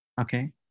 Okay